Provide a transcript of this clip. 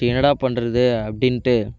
சரி என்னடா பண்ணுறது அப்படின்ட்டு